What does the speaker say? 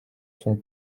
sont